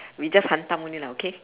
we just hantam only lah okay